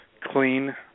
clean